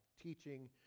teaching